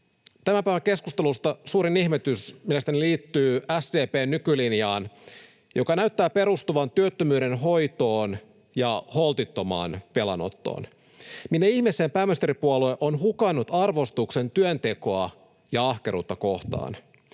Tämän päivän keskustelusta suurin ihmetys mielestäni liittyy SDP:n nykylinjaan, joka näyttää perustuvan työttömyyden hoitoon ja holtittomaan velanottoon. Minne ihmeeseen pääministeripuolue on hukannut arvostuksen työntekoa ja ahkeruutta kohtaan?